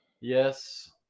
Yes